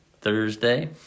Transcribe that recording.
Thursday